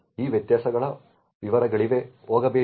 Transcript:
ಈ ವ್ಯತ್ಯಾಸಗಳ ವಿವರಗಳಿಗೆ ಹೋಗಬೇಡಿ